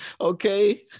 Okay